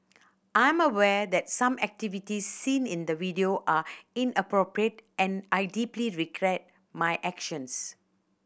I'm aware that some activities seen in the video are inappropriate and I deeply regret my actions